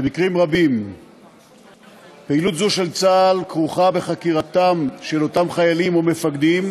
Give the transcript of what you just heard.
במקרים רבים פעילות זו של צה"ל כרוכה בחקירת אותם חיילים ומפקדים.